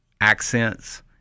accents